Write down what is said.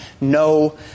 no